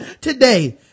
today